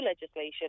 legislation